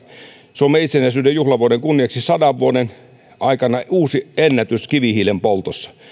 suomen itsenäisyyden juhlavuoden kunniaksi sadan vuoden aikana uusi ennätys kivihiilen poltossa